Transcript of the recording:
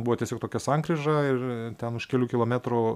buvo tiesiog tokia sankryža ir ten už kelių kilometrų